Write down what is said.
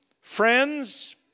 friends